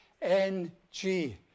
N-G